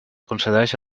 concedeix